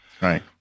Right